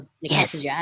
yes